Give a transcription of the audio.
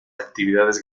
actividades